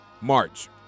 March